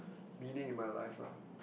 meaning in my life ah